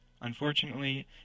unfortunately